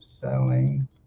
selling